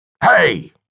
Hey